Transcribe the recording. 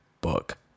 book